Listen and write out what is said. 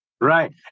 Right